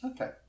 Okay